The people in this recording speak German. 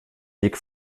weg